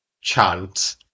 chant